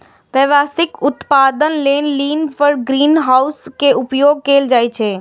व्यावसायिक उत्पादन लेल लीन टु ग्रीनहाउस के उपयोग कैल जाइ छै